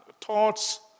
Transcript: Thoughts